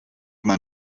man